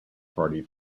party